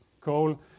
Coal